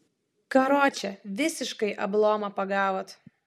karoče visiškai ablomą pagavot